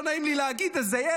לא נעים לי להגיד את זה,